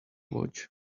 watch